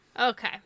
Okay